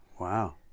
Wow